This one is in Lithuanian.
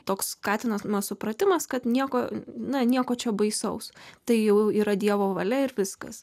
toks skatinamas supratimas kad nieko na nieko čia baisaus tai jau yra dievo valia ir viskas